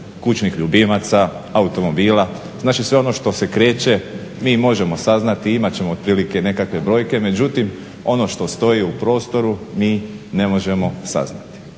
kućnih ljubimaca, automobila, znači sve ono što se kreće mi možemo saznati i imat ćemo otprilike nekakve brojke, međutim ono što stoji u prostoru mi ne možemo saznati.